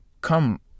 come